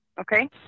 Okay